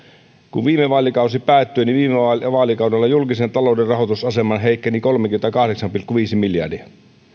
kun viime vaalikausi päättyi niin julkisen talouden rahoitusasema oli sillä vaalikaudella heikentynyt kolmekymmentäkahdeksan pilkku viisi miljardia